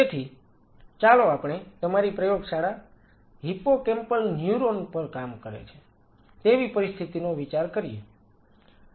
તેથી ચાલો આપણે તમારી પ્રયોગશાળા જે હિપ્પોકેમ્પલ ન્યુરોન પર કામ કરે છે તેવી પરિસ્થિતિનો વિચાર કરીએ